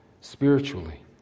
spiritually